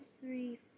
three